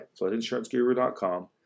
FloodInsuranceGuru.com